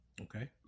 okay